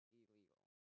illegal